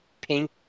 pink